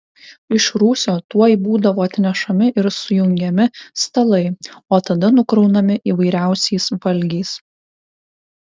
iš rūsio tuoj būdavo atnešami ir sujungiami stalai o tada nukraunami įvairiausiais valgiais